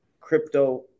crypto